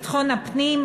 ביטחון הפנים,